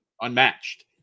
unmatched